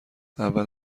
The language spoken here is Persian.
اول